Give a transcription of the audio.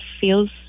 feels